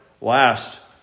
Last